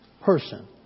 person